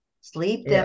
sleep